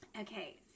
Okay